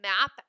map